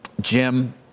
Jim